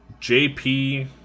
JP